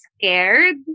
scared